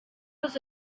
was